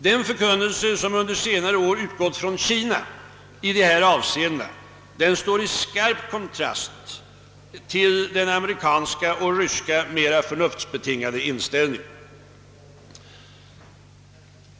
Den förkunnelse som under senare år utgått från Kina i dessa avseenden står i skarp kontrast till den amerikanska och ryska mera förnuftsbetingade inställningen.